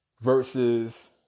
Versus